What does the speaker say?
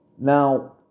Now